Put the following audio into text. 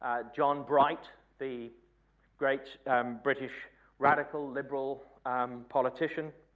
john bright, the great um british radical-liberal politician,